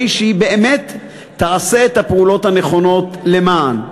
שהיא באמת תעשה את הפעולות הנכונות למען.